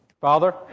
Father